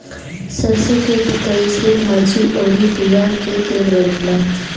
सरसों के पतइ से भाजी अउरी बिया के तेल बनेला